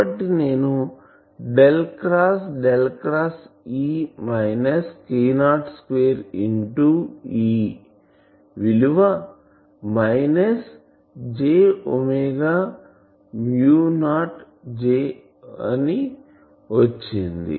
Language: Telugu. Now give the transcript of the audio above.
కాబట్టి నేను del cross del cross E minus K02 into E విలువ మైనస్ J 0 J వచ్చింది